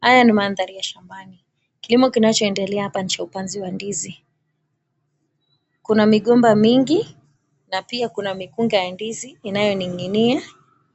Haya ni mandhari ya shambani. Kilimo kinachoendelea hapa ni cha upanzi wa ndizi. Kuna migomba mingi na pia kuna mikunga ya ndizi inayoning'inia,